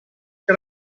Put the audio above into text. che